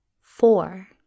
Four